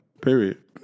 Period